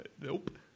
Nope